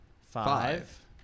Five